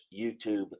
YouTube